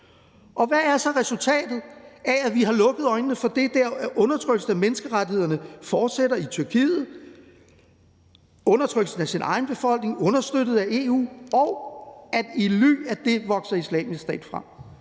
Hvad er så resultatet af, at vi har lukket øjnene for det? Det er jo, at undertrykkelsen af menneskerettighederne fortsætter i Tyrkiet, undertrykkelsen af egen befolkning understøttet af EU, og at i ly af det vokser Islamisk Stat frem.